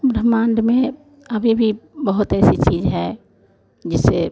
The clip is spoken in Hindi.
ब्रह्माण्ड में अभी भी बहुत ऐसी चीज़ है जिसे